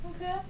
Okay